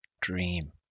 dream